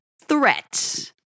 threat